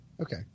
Okay